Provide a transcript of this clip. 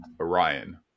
Orion